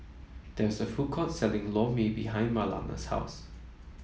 there is a food court selling Lor Mee behind Marlana's house